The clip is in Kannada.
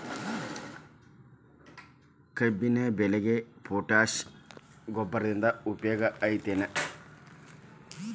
ಕಬ್ಬಿನ ಬೆಳೆಗೆ ಪೋಟ್ಯಾಶ ಗೊಬ್ಬರದಿಂದ ಉಪಯೋಗ ಐತಿ ಏನ್?